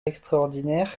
extraordinaire